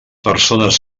persones